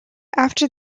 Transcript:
after